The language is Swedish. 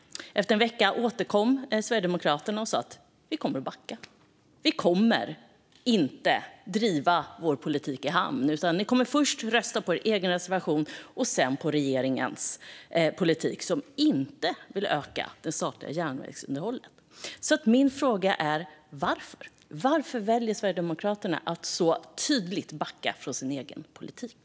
Efter en vecka återkom Sverigedemokraterna och sa att man kommer att backa. Man kommer inte att driva sin politik i hamn, utan man kommer först att rösta på sin egen reservation och sedan på politiken från regeringen, som inte vill öka det statliga järnvägsunderhållet. Min fråga är: Varför väljer Sverigedemokraterna att så tydligt backa från sin egen politik?